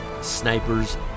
snipers